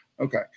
Okay